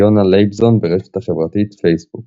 יונה לייבזון, ברשת החברתית פייסבוק